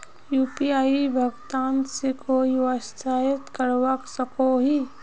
UPI भुगतान से कोई व्यवसाय करवा सकोहो ही?